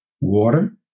water